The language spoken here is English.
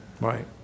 Right